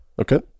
Okay